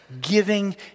giving